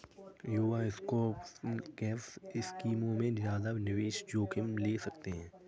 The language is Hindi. युवा स्मॉलकैप स्कीमों में ज्यादा निवेश जोखिम ले सकते हैं